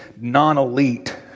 non-elite